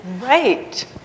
Right